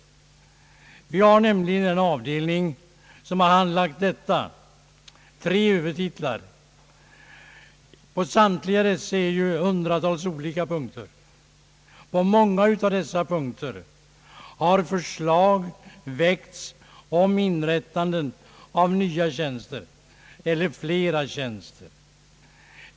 I den avdelning som handlagt detta ärende behandlas nämligen tre huvudtitlar, alla dessa med hundratals olika punkter. På många av dessa punkter har förslag väckts om inrättande av nya tjänster.